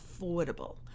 affordable